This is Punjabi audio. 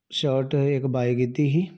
ਸ਼ਰਟ ਇਕ ਬਾਏ ਕੀਤੀ ਸੀ